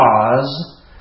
cause